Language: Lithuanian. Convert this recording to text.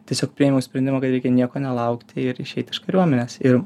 tiesiog priėmiau sprendimą kad reikia nieko nelaukti ir išeit iš kariuomenės ir